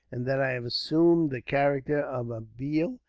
and that i have assumed the character of a bheel,